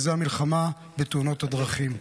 וזו המלחמה בתאונות הדרכים.